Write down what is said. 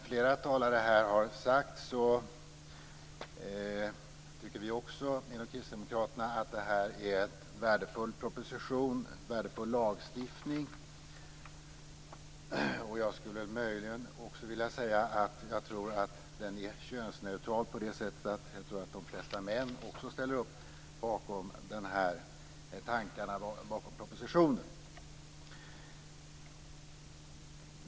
Fru talman! Vi inom Kristdemokraterna tycker att det här är en värdefull proposition och en värdefull lagstiftning, vilket också flera talare här har sagt. Jag skulle också vilja säga att jag tror att den är könsneutral på det sättet att de flesta män också ställer upp på tankarna bakom propositionen.